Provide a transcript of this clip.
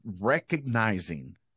recognizing